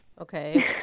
Okay